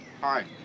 Hi